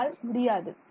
உங்களால் முடியாது